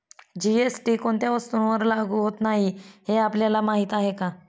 GST कोणत्या वस्तूंवर लागू होत नाही हे आपल्याला माहीत आहे का?